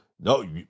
no